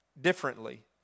differently